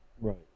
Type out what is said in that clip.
Right